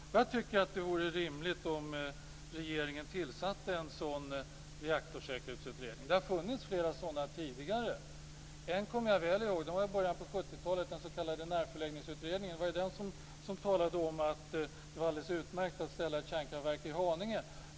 Jag tycker att det vore rimligt att regeringen tillsatte en sådan reaktorsäkerhetsutredning. Det har gjorts flera sådana utredningar tidigare. En kommer jag väl ihåg. Den gjordes i början av 70 talet, den s.k. Närförläggningsutredningen. Det var den som talade om att det gick alldeles utmärkt att placera ett kärnkraftverk i Haninge.